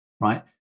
right